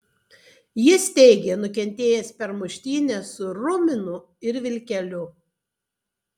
jis teigė nukentėjęs per muštynes su ruminu ir vilkeliu